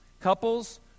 Couples